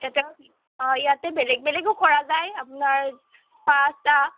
এটা অঁ ইয়াতে বেলেগ বেলেগো কৰা যায় আপোনাৰ স্পা